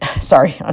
Sorry